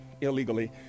illegally